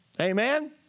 Amen